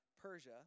Persia